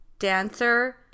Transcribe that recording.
Dancer